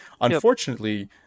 unfortunately